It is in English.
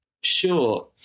Sure